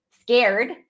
scared